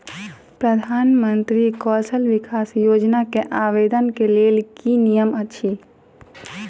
प्रधानमंत्री कौशल विकास योजना केँ आवेदन केँ लेल की नियम अछि?